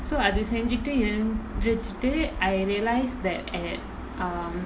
so அது செஞ்சிட்டு:athu senjitu mm வச்சிட்டு:vachitu I realise that at um